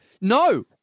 No